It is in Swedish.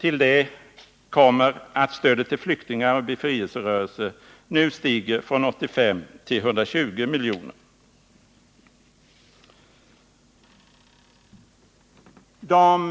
Till detta kommer att stödet till flyktingar och befrielserörelser stiger från 85 till 120 milj.kr.